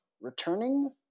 returning